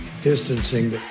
distancing